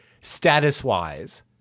status-wise